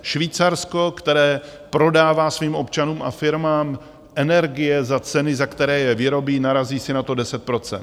Švýcarsko, které prodává svým občanům a firmám energie za ceny, za které je vyrobí, narazí si na to deset procent.